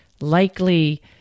likely